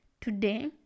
today